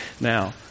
now